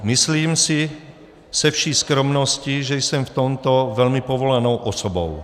Myslím si se vší skromností, že jsem v tomto velmi povolanou osobou.